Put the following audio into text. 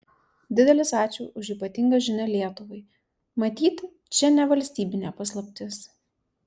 didelis ačiū už ypatingą žinią lietuvai matyt čia ne valstybinė paslaptis